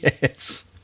yes